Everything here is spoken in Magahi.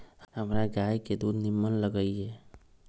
हमरा गाय के दूध निम्मन लगइय